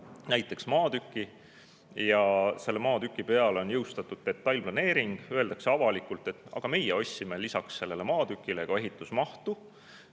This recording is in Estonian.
ära maatüki ja selle maatüki kohta on [kehtestatud] detailplaneering – öeldakse avalikult, et aga meie ostsime lisaks sellele maatükile ka ehitusmahtu.